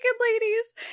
ladies